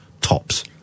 tops